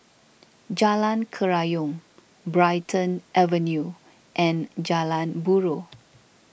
Jalan Kerayong Brighton Avenue and Jalan Buroh